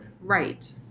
Right